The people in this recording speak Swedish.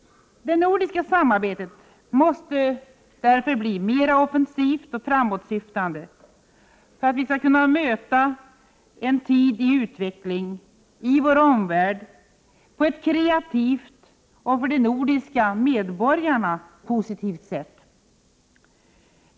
Det nordiska samarbetet måste därför bli mera offensivt och framåtsyftande för att vi skall kunna möta en tid i utveckling i vår omvärld på ett kreativt och för de nordiska medborgarna positivt sätt.